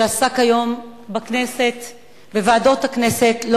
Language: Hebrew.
שעסקו בו היום בוועדות כנסת,